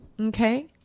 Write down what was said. Okay